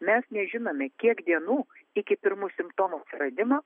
mes nežinome kiek dienų iki pirmų simptomų atsiradimo